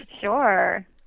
Sure